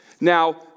Now